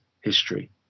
history